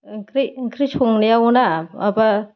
ओंख्रि संनायाव ना माबा